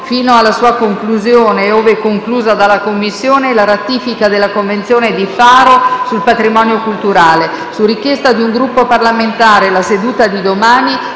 fino alla sua conclusione e, ove conclusa dalla Commissione, la ratifica della Convenzione di Faro sul patrimonio culturale. Su richiesta di un Gruppo parlamentare, la seduta di domani